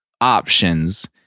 options